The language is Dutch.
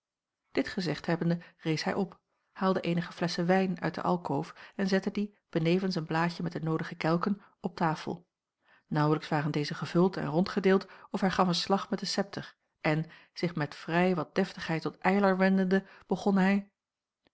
dit gezegd hebbende rees hij op haalde eenige flesschen wijn uit de alkoof en zette die benevens een blaadje met de noodige kelken op tafel naauwlijks waren deze gevuld en rondgedeeld of hij gaf een slag met den septer en zich met vrij wat deftigheid tot eylar wendende begon hij